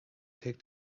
take